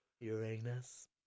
Uranus